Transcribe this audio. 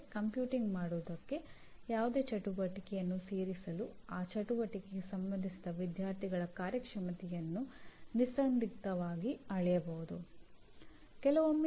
engineering ಪದವೀಧರರ ಇಂತಹ ಅಪೇಕ್ಷಣೀಯ ಗುಣಲಕ್ಷಣಗಳನ್ನು ಅನೇಕ ದೇಶಗಳು ಗುರುತಿಸಿವೆ